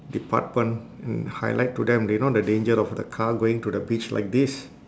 department and highlight to them do you know the danger of the car going to the beach like this